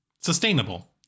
sustainable